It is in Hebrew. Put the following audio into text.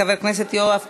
חבר הכנסת יואב קיש,